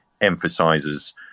emphasizes